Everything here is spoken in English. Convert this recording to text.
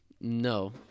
No